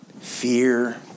Fear